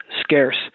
scarce